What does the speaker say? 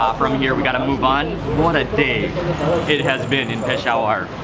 um from here we've got to move on. what a day it has been in peshawar. ahhhh.